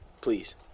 Please